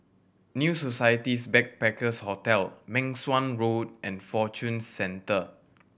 New Society's Backpackers' Hotel Meng Suan Road and Fortune Centre